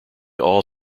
all